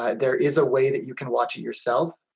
ah there is a way that you can watch it yourself,